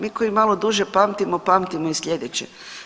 Mi koji malo duže pamtimo, pamtimo i sljedeće.